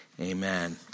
amen